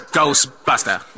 Ghostbuster